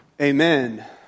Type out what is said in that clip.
Amen